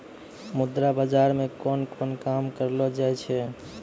मुद्रा बाजार मे कोन कोन काम करलो जाय छै